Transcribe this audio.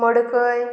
मडकय